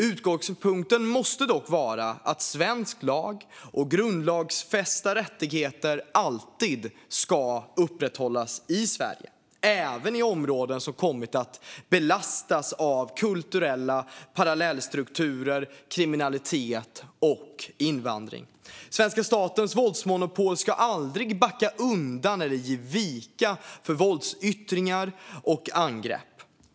Utgångspunkten måste dock vara att svensk lag och grundlagsfästa rättigheter alltid ska upprätthållas i Sverige, även i områden som kommit att belastas av kulturella parallellstrukturer, kriminalitet och invandring. Svenska statens våldsmonopol ska aldrig backa undan eller ge vika för våldsyttringar och angrepp.